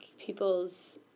people's